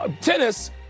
tennis